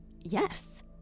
yes